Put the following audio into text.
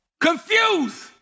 Confused